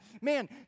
man